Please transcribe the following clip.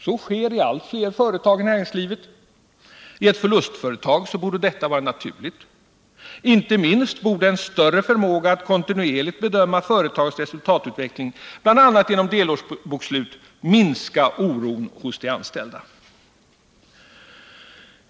Sådana förekommer i allt fler företag i näringslivet. I ett förlustföretag borde detta vara naturligt. Icke minst borde en större förmåga att kontinuerligt bedöma företagets resultatutveckling bl.a. genom delårsbokslut minska oron hos de anställda.